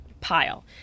pile